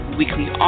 weekly